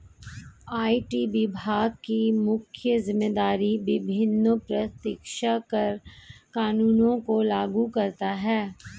IT विभाग की मुख्य जिम्मेदारी विभिन्न प्रत्यक्ष कर कानूनों को लागू करता है